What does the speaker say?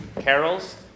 carols